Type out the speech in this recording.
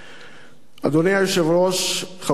אדוני היושב-ראש, חברי הכנסת,